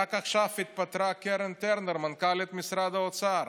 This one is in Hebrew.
רק עכשיו התפטרה קרן טרנר, מנכ"לית משרד האוצר.